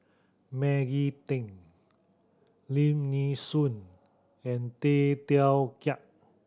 Maggie Teng Lim Nee Soon and Tay Teow Kiat